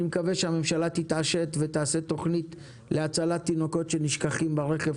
אני מקווה שהממשלה תתעשת ותעשה תוכנית להצלת תינוקות שנשכחים ברכב.